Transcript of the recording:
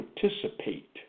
participate